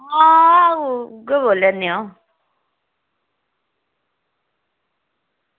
हां उ'ऐ बोला ने आं